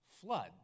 flood